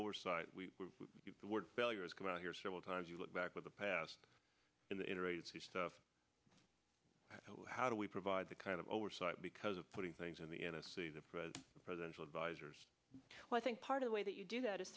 oversight we were failures come out here several times you look back at the past in the interagency stuff how do we provide the kind of oversight because of putting things in the n s c the presidential advisors well i think part of the way that you do that is